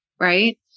right